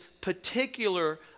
particular